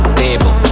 table